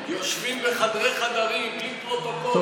איך ייראה הליך בחירת השופטים במדינת